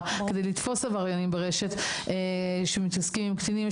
כדי לתפוס עבריינים ברשת שמתעסקים עם קטינים.